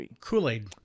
Kool-Aid